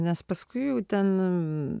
nes paskui ten